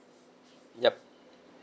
yup